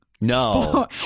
No